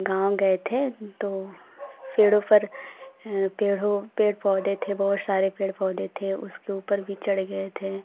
गाँव गए थे तो पेड़ों पर पेड़ों पेड़ पौधे थे बहुत सारे पेड़ पौधे थे उसके ऊपर भी चढ़ गए थे